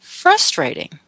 frustrating